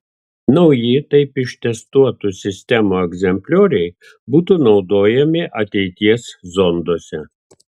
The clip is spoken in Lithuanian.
nauji taip ištestuotų sistemų egzemplioriai būtų naudojami ateities zonduose